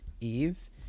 Eve